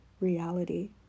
reality